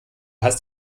hast